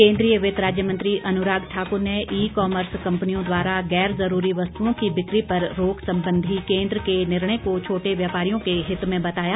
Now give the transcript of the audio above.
केंद्रीय वित्त राज्य मंत्री अन्राग ठाक्र ने ई कॉमर्स कंपनियों द्वारा गैर जरूरी वस्तुओं की बिक्री पर रोक संबंधी केंद्र के निर्णय को छोटे व्यापारियों के हित में बताया